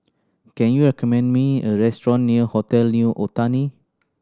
can you recommend me a restaurant near Hotel New Otani